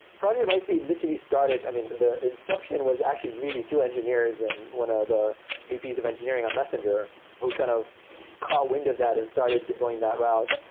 project lightspeed literally started i mean, the inception was actually really two engineers and one of the vps of engineering on messenger who kind of caught wind of that and started going that route.